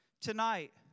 Tonight